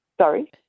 Sorry